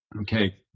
Okay